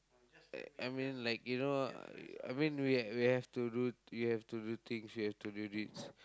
like I mean like you know I mean we we have to you have to do things you have to do